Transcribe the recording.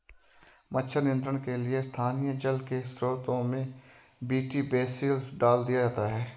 मच्छर नियंत्रण के लिए स्थानीय जल के स्त्रोतों में बी.टी बेसिलस डाल दिया जाता है